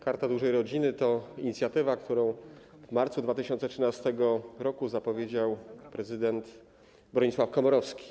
Karta Dużej Rodziny to inicjatywa, którą w marcu 2013 r. zapowiedział prezydent Bronisław Komorowski.